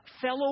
fellow